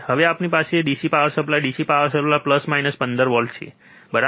હવે આપણી પાસે આ DC power supply DC power supply 15 15 છે બરાબર